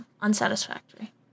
Unsatisfactory